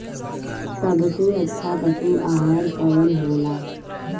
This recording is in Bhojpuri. सबसे अच्छा पशु आहार कवन हो ला?